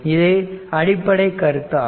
இது அடிப்படைக் கருத்து ஆகும்